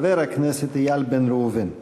חבר הכנסת איל בן ראובן.